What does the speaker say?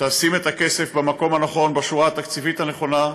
תשים את הכסף במקום הנכון, בשורה התקציבית הנכונה,